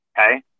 Okay